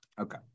Okay